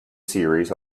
series